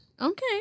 Okay